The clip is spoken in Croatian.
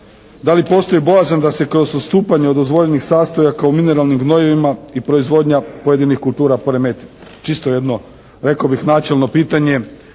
Da li postoji bojazan da se kroz ustupanje od dozvoljenih sastojaka u mineralnim gnojivima i proizvodnja pojedinih kultura poremeti? Čisto jedno rekao bih načelno pitanje.